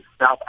South